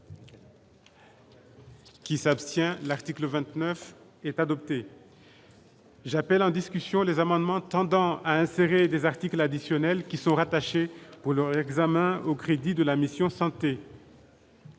Qui s'abstient, l'article 29 est adopté, j'appelle en discussion les amendements tendant à insérer des articles additionnels qui sont rattachés pour leur examen au crédit de la mission santé.